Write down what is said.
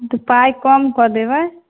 तऽ पाइ कम कऽ देबै